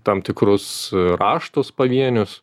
tam tikrus raštus pavienius